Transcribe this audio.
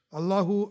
Allahu